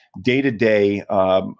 day-to-day